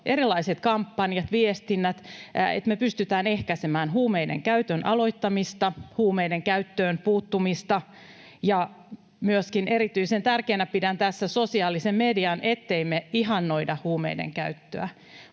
erilaiset kampanjat, viestinnät, että me pystytään ehkäisemään huumeidenkäytön aloittamista, huumeidenkäyttöön puuttumista. Erityisen tärkeänä pidän tässä myöskin sosiaalista mediaa, ettei me ihannoida huumeidenkäyttöä.